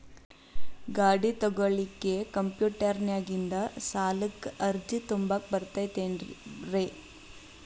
ಗಾಡಿ ತೊಗೋಳಿಕ್ಕೆ ಕಂಪ್ಯೂಟೆರ್ನ್ಯಾಗಿಂದ ಸಾಲಕ್ಕ್ ಅರ್ಜಿ ತುಂಬಾಕ ಬರತೈತೇನ್ರೇ?